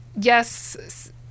yes